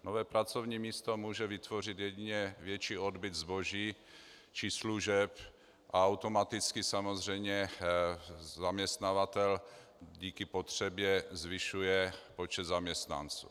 Nové pracovní místo může vytvořit jedině větší odbyt zboží či služeb a automaticky samozřejmě zaměstnavatel díky potřebě zvyšuje počet zaměstnanců.